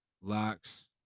locks